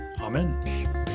Amen